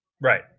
Right